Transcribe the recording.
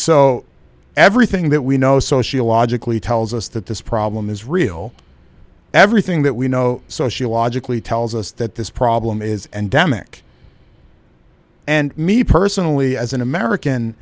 so everything that we know sociologically tells us that this problem is real everything that we know so she logically tells us that this problem is endemic and me personally as an american